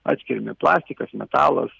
atskiriami plastikas metalas